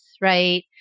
right